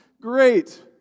great